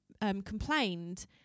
complained